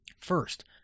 First